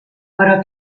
però